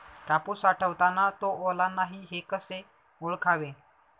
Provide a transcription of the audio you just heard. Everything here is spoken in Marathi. कापूस साठवताना तो ओला नाही हे कसे ओळखावे?